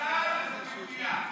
רוח היהדות, שירת בצה"ל, אז את יהודייה.